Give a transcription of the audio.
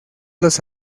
los